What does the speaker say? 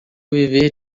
viver